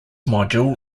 module